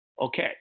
Okay